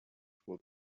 would